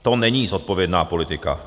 To není zodpovědná politika.